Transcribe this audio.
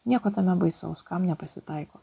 nieko tame baisaus kam nepasitaiko